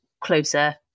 closer